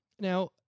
Now